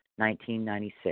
1996